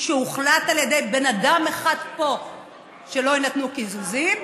שהוחלט על ידי בן אדם אחד פה שלא יינתנו קיזוזים,